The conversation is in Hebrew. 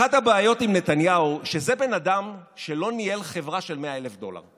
אחת הבעיות עם נתניהו היא שזה בן אדם שלא ניהל חברה של 100,000 דולר.